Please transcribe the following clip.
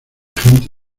gente